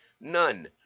None